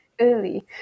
Early